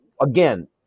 again